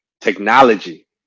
technology